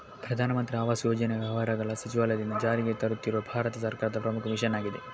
ಪ್ರಧಾನ ಮಂತ್ರಿ ಆವಾಸ್ ಯೋಜನೆ ವ್ಯವಹಾರಗಳ ಸಚಿವಾಲಯದಿಂದ ಜಾರಿಗೆ ತರುತ್ತಿರುವ ಭಾರತ ಸರ್ಕಾರದ ಪ್ರಮುಖ ಮಿಷನ್ ಆಗಿದೆ